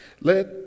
Let